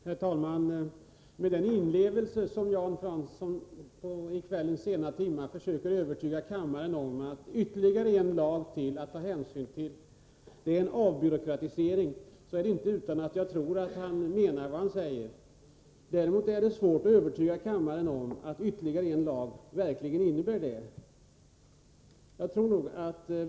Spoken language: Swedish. Herr talman! Med den inlevelse som Jan Fransson i kvällens sena timma försöker övertyga kammaren om att ytterligare en lag att ta hänsyn till innebär en avbyråkratisering, är det inte utan att jag tror att han menar vad han säger. Men det är nog svårt att verkligen övertyga kammaren om detta.